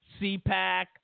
CPAC